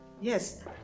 Yes